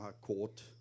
court